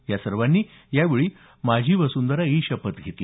यासर्वांनी यावेळी माझी वसुंधरा ई शपथ घेतली